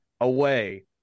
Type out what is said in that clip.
away